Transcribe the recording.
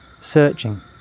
...searching